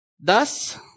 Thus